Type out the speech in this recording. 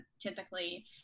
typically